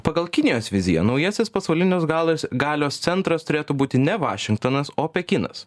pagal kinijos viziją naujasis pasaulinis galas galios centras turėtų būti ne vašingtonas o pekinas